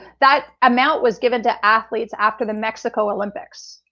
that amount was given to athletes after the mexico olympics.